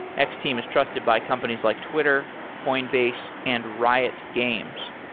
x-team is trusted by companies like twitter, coinbase and riot games.